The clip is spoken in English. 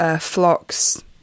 flocks